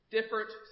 Different